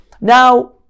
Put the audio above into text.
Now